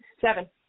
Seven